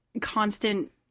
constant